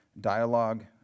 dialogue